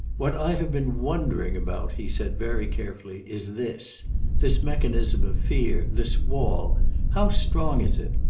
what i have been wondering about, he said, very carefully, is this this mechanism of fear, this wall how strong is it?